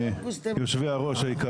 יושבי הראש היקרים.